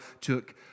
took